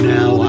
Now